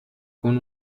con